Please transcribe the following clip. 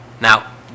Now